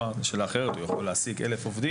הוא יכול להעסיק 1,000 עובדים.